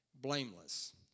blameless